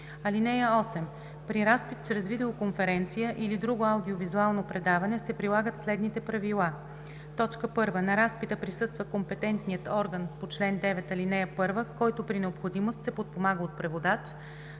(8) При разпит чрез видеоконференция или друго аудио-визуално предаване се прилагат следните правила: 1. на разпита присъства компетентният орган по чл. 9, ал. 1, който при необходимост се подпомага от преводач;